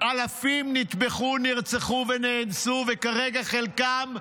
אלפים נטבחו, נרצחו ונאנסו, וכרגע חלקם,